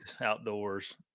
outdoors